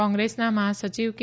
કોંગ્રેસના મહાસચિવ કે